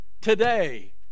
today